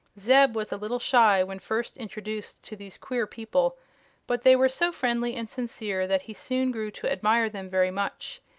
zeb was a little shy when first introduced to these queer people but they were so friendly and sincere that he soon grew to admire them very much,